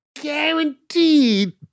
guaranteed